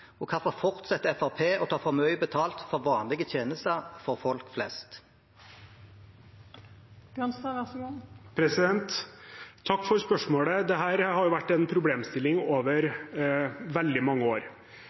Og hvorfor fortsetter Fremskrittspartiet å ta for mye betalt for vanlige tjenester for folk flest? Takk for spørsmålet. Dette har vært en problemstilling over veldig mange år.